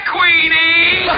Queenie